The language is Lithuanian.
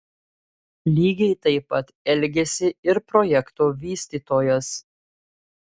lygiai taip pat elgėsi ir projekto vystytojas